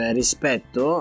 rispetto